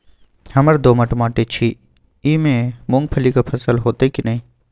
हमर दोमट माटी छी ई में मूंगफली के फसल होतय की नय?